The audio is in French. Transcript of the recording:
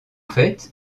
fait